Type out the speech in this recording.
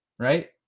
Right